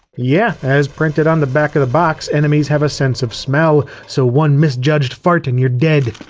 yeah as printed on the back of the box, enemies have a sense of smell, so one misjudged fart and you're dead.